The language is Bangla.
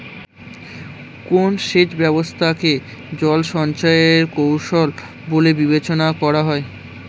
কোন সেচ ব্যবস্থা কে জল সঞ্চয় এর কৌশল বলে বিবেচনা করা হয়?